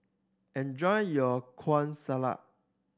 enjoy your Kueh Salat